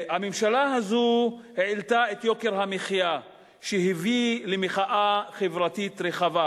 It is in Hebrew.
הממשלה הזאת העלתה את יוקר המחיה שהביא למחאה חברתית רחבה